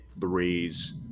threes